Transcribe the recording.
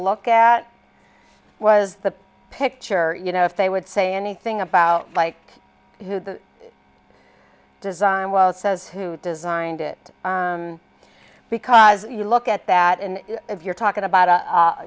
look at was the picture you know if they would say anything about like the design well it says who designed it because you look at that and if you're talking about